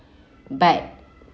but